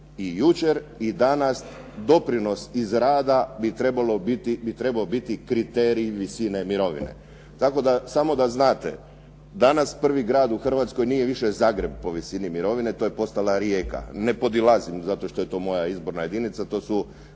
i jučer i danas doprinos iz rada bi trebao biti kriterij visine mirovine. Tako da samo da znate, danas prvi grad u Hrvatskoj nije više Zagreb po visini mirovine, to je postala Rijeka. Ne podilazim zato što je to moja izborna jedinica, to su